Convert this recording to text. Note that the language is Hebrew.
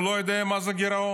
הוא לא יודע מה זה גירעון.